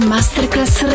Masterclass